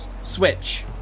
switch